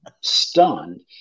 stunned